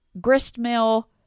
gristmill